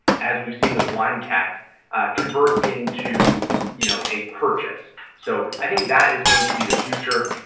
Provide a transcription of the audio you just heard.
as we've seen with wine text convert into you know, a purchase. so, i think that is going to be the future.